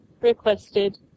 requested